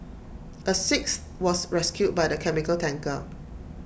A sixth was rescued by the chemical tanker